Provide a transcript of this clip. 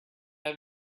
have